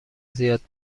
زیاد